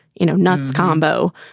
you know, nuts combo.